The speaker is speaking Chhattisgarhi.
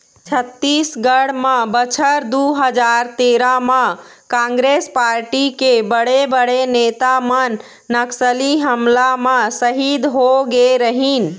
छत्तीसगढ़ म बछर दू हजार तेरा म कांग्रेस पारटी के बड़े बड़े नेता मन नक्सली हमला म सहीद होगे रहिन